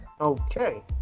okay